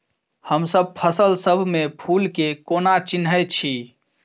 हमसब फसल सब मे फूल केँ कोना चिन्है छी?